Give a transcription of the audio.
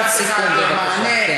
משפט סיכום, בבקשה.